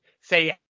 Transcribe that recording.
say